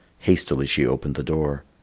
hastily she opened the door.